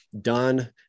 done